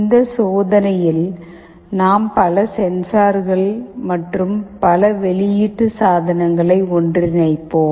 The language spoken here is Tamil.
இந்த சோதனையில் நாம் பல சென்சார்கள் மற்றும் பல வெளியீட்டு சாதனங்களை ஒன்றிணைப்போம்